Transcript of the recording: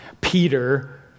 Peter